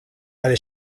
ale